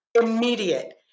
immediate